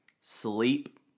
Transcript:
Sleep